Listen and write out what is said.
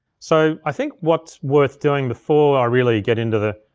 so i think what's worth doing before i really get into the,